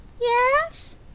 Yes